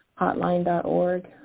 hotline.org